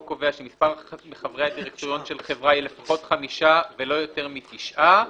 קובע שמספר מחברי הדירקטוריון של חברה היא לפחות חמישה ולא יותר מתשעה,